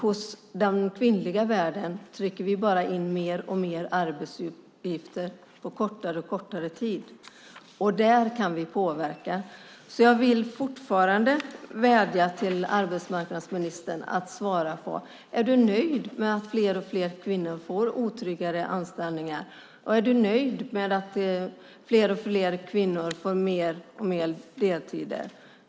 I den kvinnliga världen trycker vi bara in mer och mer arbetsuppgifter som ska utföras på kortare och kortare tid. Där kan vi påverka. Jag vill fortfarande vädja till arbetsmarknadsministern att svara: Är du nöjd med att fler och fler kvinnor får otryggare anställningar? Är du nöjd med att fler och fler kvinnor får deltidsarbete?